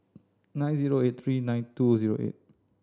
nine zero eight three nine two zero eight